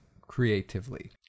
creatively